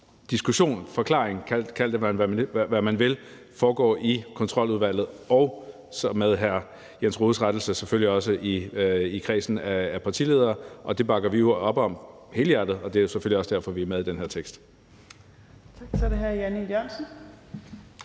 diskussion eller forklaring – kald det, hvad man vil – foregår i Kontroludvalget og, med hr. Jens Rohdes rettelse, selvfølgelig også i kredsen af partiledere, og det bakker vi jo op om helhjertet, og det er selvfølgelig også derfor, vi er med i den her